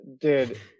Dude